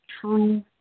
true